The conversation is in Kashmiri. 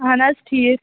اَہَن حظ ٹھیٖک